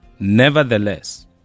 Nevertheless